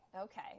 Okay